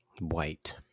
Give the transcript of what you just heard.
White